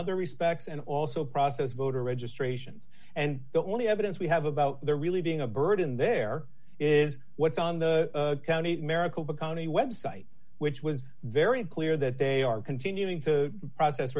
other respects and also process voter registrations and the only evidence we have about there really being a bird in there is what's on the county maricopa county website which was very clear that they are continuing to process